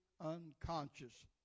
unconscious